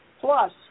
plus